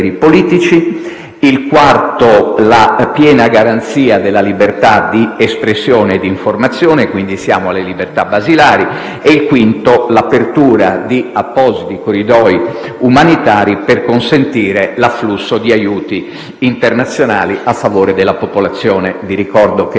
politici; il quarto, la piena garanzia della libertà di espressione e di informazione (quindi, siamo alle libertà basilari); il quinto, l'apertura di appositi corridoi umanitari per consentire l'afflusso di aiuti internazionali a favore della popolazione. Vi ricordo che